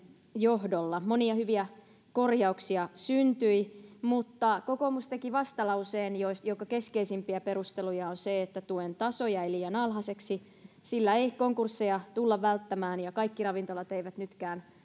johdolla monia hyviä korjauksia syntyi mutta kokoomus teki vastalauseen jonka keskeisimpiä perusteluja on se että tuen taso jäi liian alhaiseksi sillä ei konkursseja tulla välttämään ja kaikki ravintolat eivät nytkään